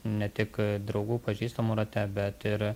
ne tik draugų pažįstamų rate bet ir